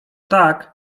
tak